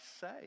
say